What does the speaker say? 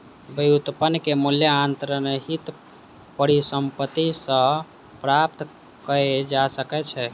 व्युत्पन्न के मूल्य अंतर्निहित परिसंपत्ति सॅ प्राप्त कय जा सकै छै